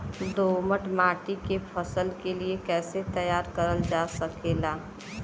दोमट माटी के फसल के लिए कैसे तैयार करल जा सकेला?